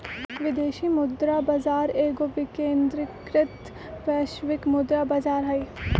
विदेशी मुद्रा बाजार एगो विकेंद्रीकृत वैश्विक मुद्रा बजार हइ